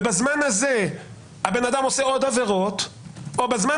ובזמן הזה הבן אדם עושה עוד עבירות או בזמן